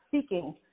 seeking